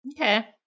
Okay